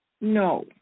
No